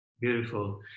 Beautiful